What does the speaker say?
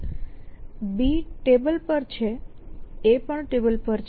અને B table પર છે A ટેબલ પર છે